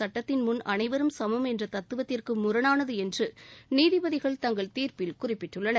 சட்டத்தின் முன் அனைவரும் சமம் என்ற தத்துவத்திற்கு முரணானது என்று நீதிபதிகள் தங்கள் தீர்ப்பில் குறிப்பிட்டுள்ளனர்